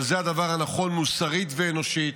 אבל זה הדבר הנכון מוסרית ואנושית.